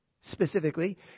specifically